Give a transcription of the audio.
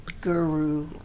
guru